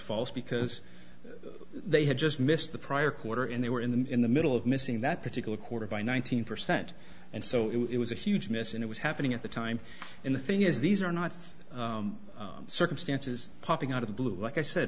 false because they had just missed the prior quarter and they were in the middle of missing that particular quarter by nine hundred percent and so it was a huge mess and it was happening at the time in the thing is these are not circumstances popping out of the blue like i said